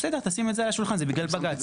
בסדר, תשים את זה על השולחן, זה בגלל בג"ץ.